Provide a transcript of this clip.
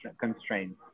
constraints